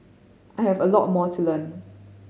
I have a lot more to learn